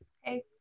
Hey